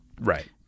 Right